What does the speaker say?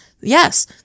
Yes